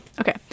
Okay